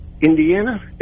Indiana